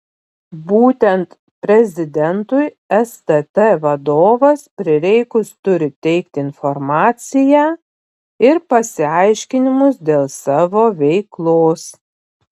būtent prezidentui stt vadovas prireikus turi teikti informaciją ir pasiaiškinimus dėl savo veiklos